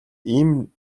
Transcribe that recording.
ийм